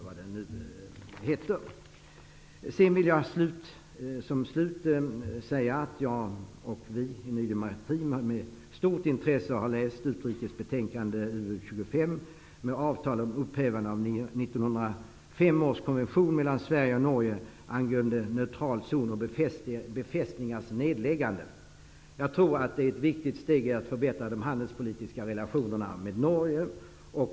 Jag vill till slut säga att jag och vi i Ny demokrati med stort intresse har läst utrikesutskottets betänkande UU25 om avtal om upphävande av 1905 års konvention mellan Sverige och Norge angående neutral zon och befästningars nedläggande. Det är ett viktigt steg för att förbättra de handelspolitiska relationerna med Norge.